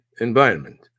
environment